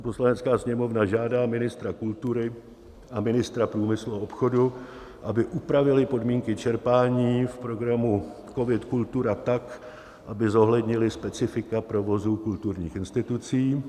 Poslanecká sněmovna žádá ministra kultury a ministra průmyslu a obchodu, aby upravili podmínky čerpání v programu COVIDKultura tak, aby zohlednily specifika provozu kulturních institucí.